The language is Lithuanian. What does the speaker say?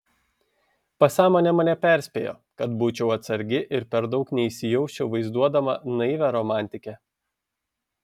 pasąmonė mane perspėjo kad būčiau atsargi ir per daug neįsijausčiau vaizduodama naivią romantikę